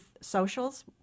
socials